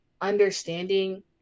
understanding